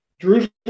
Jerusalem